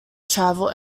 travel